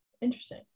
Interesting